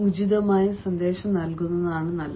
ഉചിതമായ സന്ദേശം നൽകുന്നതാണ് നല്ലത്